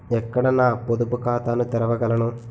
ఎక్కడ నా పొదుపు ఖాతాను తెరవగలను?